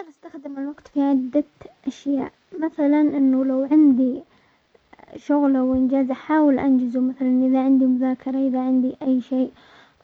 اقدر استخدم الوقت في عدة اشياء مثلا انه لو عندي شغل او انجاز احاول انجزه، مثلا اذا عندي مذاكرة اذا عندي اي شيء،